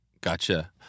Gotcha